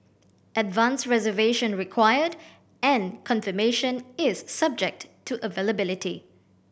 advance reservation required and confirmation is subject to availability